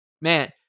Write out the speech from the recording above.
man